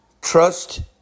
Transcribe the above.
trust